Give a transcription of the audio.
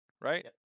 right